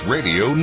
Radio